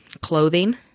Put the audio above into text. clothing